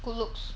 good looks